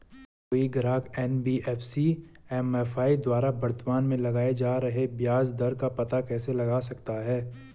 कोई ग्राहक NBFC MFI द्वारा वर्तमान में लगाए जा रहे ब्याज दर का पता कैसे लगा सकता है?